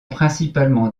principalement